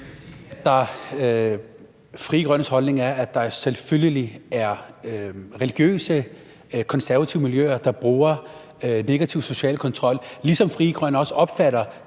Frie Grønnes holdning er, at der selvfølgelig er religiøse konservative miljøer, der bruger negativ social kontrol, ligesom Frie Grønne også opfatter